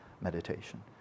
meditation